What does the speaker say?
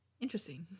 interesting